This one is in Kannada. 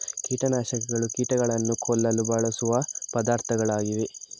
ಕೀಟ ನಾಶಕಗಳು ಕೀಟಗಳನ್ನು ಕೊಲ್ಲಲು ಬಳಸುವ ಪದಾರ್ಥಗಳಾಗಿವೆ